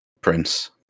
Prince